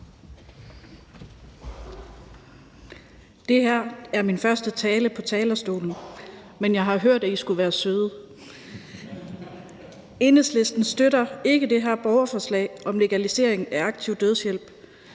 Det her er min første tale på talerstolen, men jeg har hørt, at I skulle være søde. Enhedslisten støtter ikke det her borgerforslag om legalisering af aktiv dødshjælp.